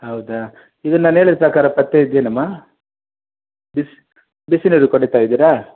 ಹೌದಾ ಈಗ ನಾನು ಹೇಳಿದ ಪ್ರಕಾರ ಪಥ್ಯ ಇದೆಯೇನಮ್ಮ ಬಿಸಿ ಬಿಸಿನೀರು ಕುಡಿತಾ ಇದ್ದೀರಾ